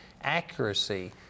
accuracy